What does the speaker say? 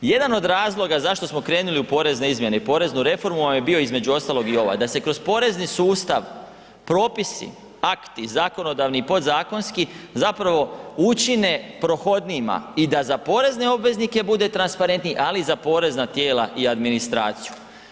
Jedan od razloga zašto smo krenuli u porezne izmjene i poreznu reformu vam je bio između ostalog i ovaj, da se kroz porezni sustav propisi, akti, zakonodavni i podzakonski, zapravo učine prohodnije i da za porezne obveznike bude transparentniji ali i za porezna tijela i administraciju.